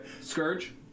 Scourge